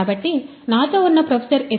కాబట్టి నాతో ఉన్న ప్రొఫెసర్ ఎస్